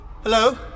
Hello